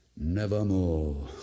Nevermore